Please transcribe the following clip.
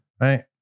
right